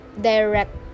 direct